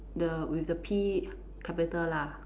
the with the P capital lah